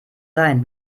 sein